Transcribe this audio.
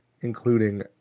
including